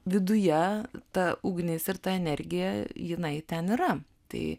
viduje ta ugnis ir ta energija jinai ten yra tai